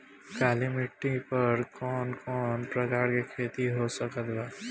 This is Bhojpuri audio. काली मिट्टी पर कौन कौन प्रकार के खेती हो सकत बा?